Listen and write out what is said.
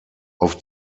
auf